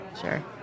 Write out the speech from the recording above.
sure